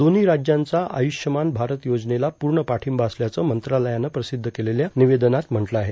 दोन्ही राज्यांचा आयुष्यमान भारत योजनेला पूर्ण पाठिंबा असल्याचं मंत्रालयानं प्रसिद्ध केलेल्या निवेदनात म्हटलं आहे